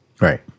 Right